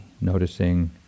noticing